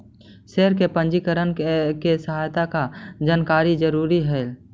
share के पंजीकरण के समय का का जानकारी जरूरी हई